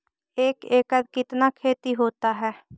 एक एकड़ कितना खेति होता है?